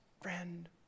friend